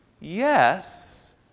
Yes